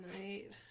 tonight